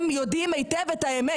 הם יודעים היטב את האמת.